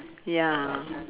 ya